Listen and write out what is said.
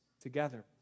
together